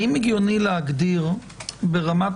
האם הגיוני להגדיר ברמת